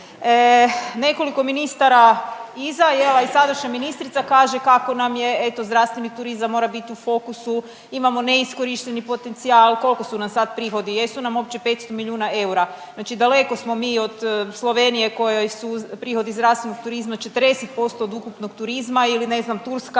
Nekoliko ministara iza jel, a i sadašnja ministrica kaže kako nam je eto zdravstveni turizam moramo biti u fokusu, imamo neiskorišteni potencijal. Kolko su nam sad prihodi, jesu nam uopće 500 milijuna eura? Znači daleko smo mi od Slovenije kojoj su prihodi zdravstvenog turizma 40% od ukupnog turizma ili ne znam Turska